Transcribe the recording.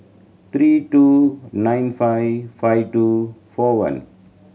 three two nine five five two four one